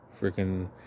freaking